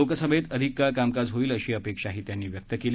लोकसभेत अधिक काळ कामकाज होईल अशी अपेक्षाही त्यांनी व्यक्त केली